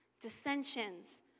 dissensions